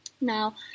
Now